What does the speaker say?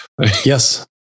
yes